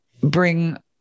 bring